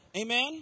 Amen